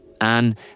Anne